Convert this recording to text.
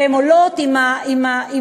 והן עולות עם הדליים,